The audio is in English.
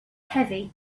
heavy